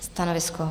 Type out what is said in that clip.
Stanovisko?